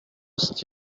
asked